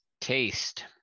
Taste